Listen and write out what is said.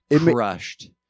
crushed